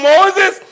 Moses